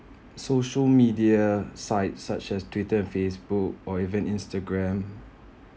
social media sites such as twitter and facebook or even instagram